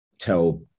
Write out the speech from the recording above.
tell